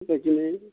बेबायदिनो